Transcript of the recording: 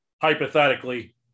hypothetically